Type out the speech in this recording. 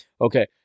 Okay